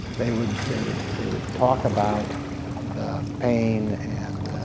they would they would they would talk about the pain and